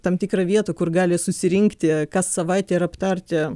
tam tikrą vietą kur gali susirinkti kas savaitę ir aptarti